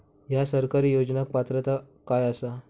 हया सरकारी योजनाक पात्रता काय आसा?